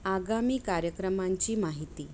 आगामी कार्यक्रमांची माहिती